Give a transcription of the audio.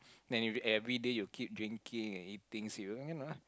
then you everyday keep drinking eating you know